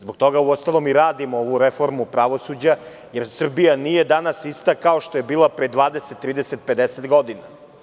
Zbog toga uostalom i radimo ovu reformu pravosuđa, jer Srbija nije danas ista kao što je bila pre 20, 30 ili 50 godina.